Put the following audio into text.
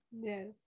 Yes